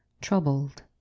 troubled